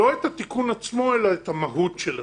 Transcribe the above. לא את התיקון עצמו אלא את המהות של התיקון.